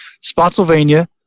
Spotsylvania